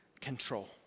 control